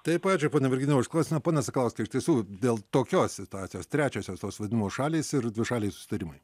taip ačiū pone virginijau už klausimą pone sakalauskai iš tiesų dėl tokios situacijos trečiosios tos vadinamos šalys ir dvišaliai susitarimai